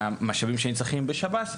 מהמשאבים שנצרכים בשב"ס,